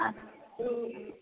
अस्तु